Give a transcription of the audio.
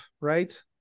right